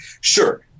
Sure